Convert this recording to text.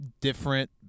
different